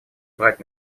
брать